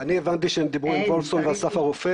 הבנתי שהם דיברו עם וולפסון ואסף הרופא